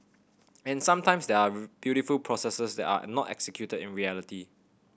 and sometimes there are beautiful processes that are not executed in reality